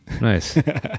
Nice